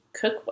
cook